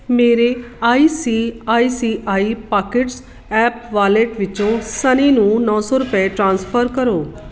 ਮੇਰੇ I C I C I pockets app wallet ਵਿੱਚੋਂ ਸਨੀ ਨੂੰ ਨੌ ਸੌ ਰੁਪਏ ਟ੍ਰਾਂਸਫਰ ਕਰੋ